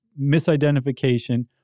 misidentification